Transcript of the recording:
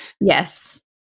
Yes